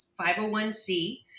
501c